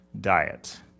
diet